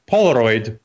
Polaroid